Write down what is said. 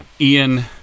ian